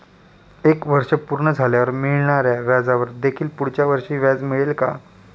एक वर्ष पूर्ण झाल्यावर मिळणाऱ्या व्याजावर देखील पुढच्या वर्षी व्याज मिळेल का?